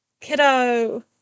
kiddo